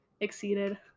exceeded